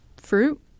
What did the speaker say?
fruit